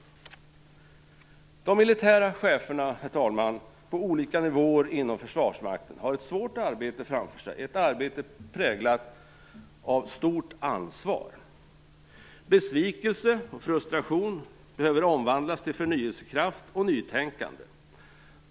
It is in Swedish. De militära cheferna på olika nivåer inom Försvarsmakten har ett svårt arbete framför sig - ett arbete präglat av stort ansvar. Besvikelse och frustration behöver omvandlas till förnyelsekraft och nytänkande.